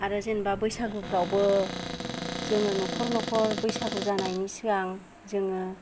आरो जेनबा बैसागुफ्रावबो जोङो न'खर न'खर बैसागु जानायनि सिगां जोङो